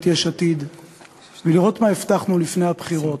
יש עתיד ולראות מה הבטחנו לפני הבחירות.